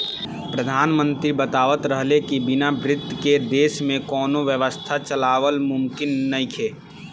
प्रधानमंत्री बतावत रहले की बिना बित्त के देश में कौनो व्यवस्था चलावल मुमकिन नइखे